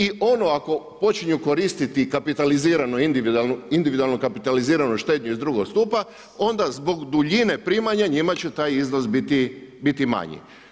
I ono ako počinju koristiti kapitaliziranu individualnu kapitaliziranu štednju iz drugog stupa onda zbog duljine primanja njima će taj iznos biti manji.